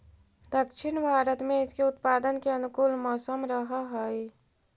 दक्षिण भारत में इसके उत्पादन के अनुकूल मौसम रहअ हई